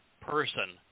person